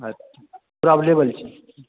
अच्छा पूरा एवेलेबल छै